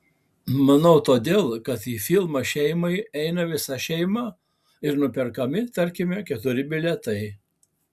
manau todėl kad į filmą šeimai eina visa šeima ir nuperkami tarkime keturi bilietai